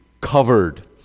covered